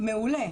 מעולה.